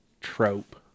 trope